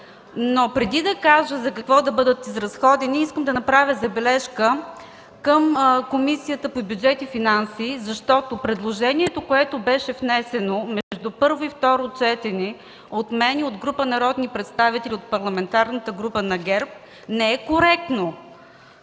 Но преди да кажа за какво да бъдат изразходени, искам да направя забележка към Комисията по бюджет и финанси, защото предложението, което беше внесено между първо и второ четене от мен и от група народни представители от Парламентарната група на ГЕРБ, не е коректно.